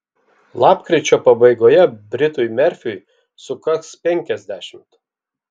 lapkričio pabaigoje britui merfiui sukaks penkiasdešimt